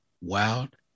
wild